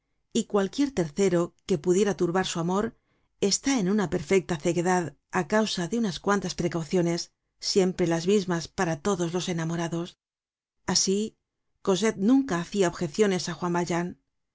y cualquier tercero que pudiera turbar su amor está en una perfecta ceguedad á causa de unas cuantas precauciones siempre las mismas para todos los enamorados asi cosette nunca hacia objecciones á juan